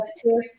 two